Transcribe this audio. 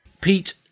Pete